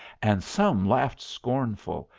and some laughed scornful,